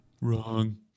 wrong